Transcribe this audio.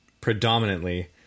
predominantly